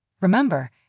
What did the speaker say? Remember